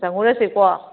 ꯆꯪꯉꯨꯔꯁꯤ ꯀꯣ